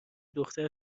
دختر